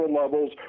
levels